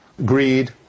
greed